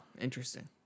interesting